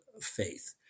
faith